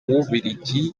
w’ububiligi